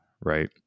right